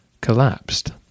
collapsed